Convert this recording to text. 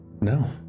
no